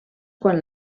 quan